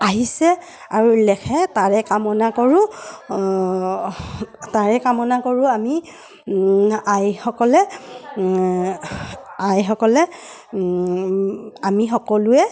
আহিছে আৰু লেখে তাৰে কামনা কৰোঁ তাৰে কামনা কৰোঁ আমি আইসকলে আইসকলে আমি সকলোৱে